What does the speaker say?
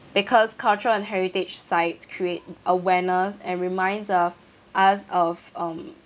because cultural and heritage site create awareness and reminds of us of um